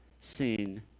seen